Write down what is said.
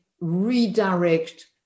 redirect